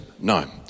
No